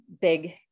big